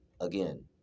again